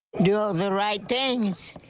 do the right thing,